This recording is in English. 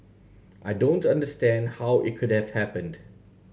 I don't understand how it could have happened